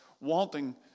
wanting